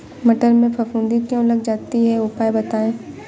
मटर में फफूंदी क्यो लग जाती है उपाय बताएं?